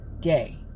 gay